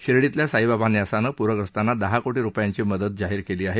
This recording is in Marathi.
शिर्डीतल्या साईबाबा न्यासानं प्रख्यस्तांना दहा कोटी रुपयांची मदत जाहीर केली आहे